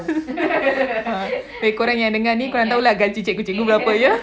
ha korang yang dengar ni korang tahu lah gaji cikgu-cikgu berapa ya